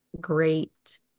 great